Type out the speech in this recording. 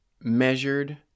measured